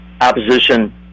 opposition